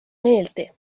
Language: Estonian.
meeldi